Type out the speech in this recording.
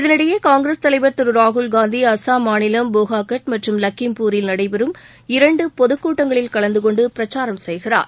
இதனிடையே காங்கிரஸ் தலைவர் திரு ராகுல் காந்தி அஸ்ஸாம் மாநிலம் போகாகட் மற்றும் லக்கிம்பூரில் நடைபெறும் இரண்டு பொதுக் கூட்டங்களில் கலந்து கொண்டு பிரச்சாரம் செய்கிறார்